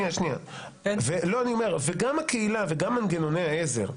גם הקהילה וגם מנגנוני העזר,